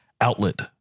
outlet